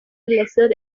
lesser